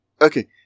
okay